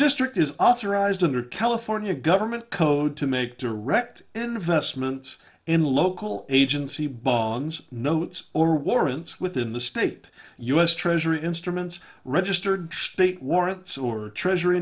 district is authorized under california government code to make direct investments in local agency bonds notes or warrants within the state u s treasury instruments registered state warrants or treasury